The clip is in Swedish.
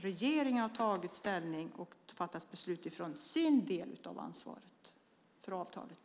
Regeringen har tagit ställning och fattat beslut utifrån sin del av ansvaret för avtalet.